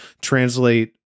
translate